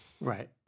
Right